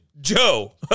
Joe